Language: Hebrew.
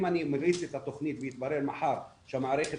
אם אני מריץ את התכנית ויתברר מחר שהמערכת